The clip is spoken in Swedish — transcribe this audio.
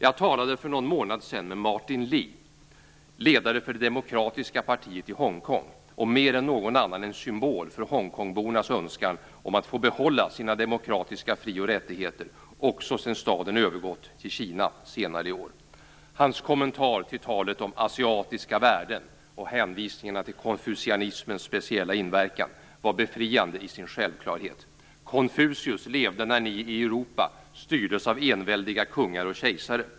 Jag talade för någon månad sedan med Martin Han är mer än någon annan en symbol för Hongkongbornas önskan att få behålla sina demokratiska frioch rättigheter också sedan staden övergått till Kina senare i år. Hans kommentar till talet om asiatiska värden och hänvisningarna till konfucianismens speciella inverkan var befriande i sin självklarhet: Konfucius levde när ni i Europa styrdes av enväldiga kungar och kejsare.